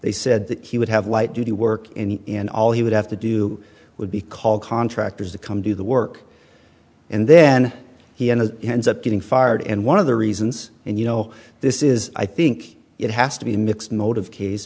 they said he would have light duty work in all he would have to do would be call contractors to come do the work and then he and ends up getting fired and one of the reasons and you know this is i think it has to be a mixed motive case